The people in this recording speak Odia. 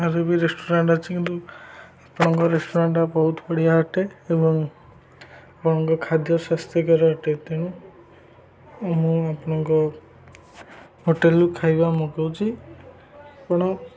ଆରେ ବି ରେଷ୍ଟୁରାଣ୍ଟ ଅଛି କିନ୍ତୁ ଆପଣଙ୍କ ରେଷ୍ଟୁରାଣ୍ଟଟା ବହୁତ ବଢ଼ିଆ ଅଟେ ଏବଂ ଆପଣଙ୍କ ଖାଦ୍ୟ ସ୍ୱାସ୍ଥ୍ୟକର ଅଟେ ତେଣୁ ମୁଁ ଆପଣଙ୍କ ହୋଟେଲରୁ ଖାଇବା ମଗାଉଛି ଆପଣ